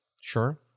sure